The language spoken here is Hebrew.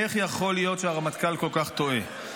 איך יכול להיות שהרמטכ"ל כל כך טועה?